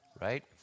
Right